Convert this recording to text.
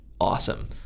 awesome